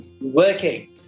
working